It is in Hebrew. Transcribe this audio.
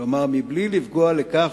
כלומר בלי לפגוע בכך,